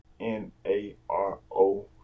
n-a-r-o